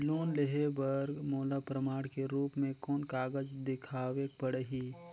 Loan लेहे बर मोला प्रमाण के रूप में कोन कागज दिखावेक पड़ही?